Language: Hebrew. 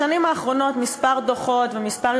בשנים האחרונות כמה דוחות וכמה,